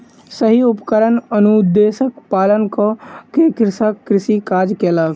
सही उपकरण अनुदेशक पालन कअ के कृषक कृषि काज कयलक